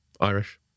Irish